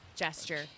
Gesture